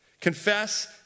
Confess